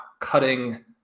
cutting